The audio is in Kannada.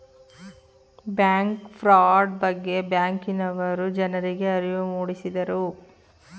ಬ್ಯಾಂಕ್ ಫ್ರಾಡ್ ಬಗ್ಗೆ ಬ್ಯಾಂಕಿನವರು ಜನರಿಗೆ ಅರಿವು ಮೂಡಿಸಿದರು